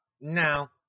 No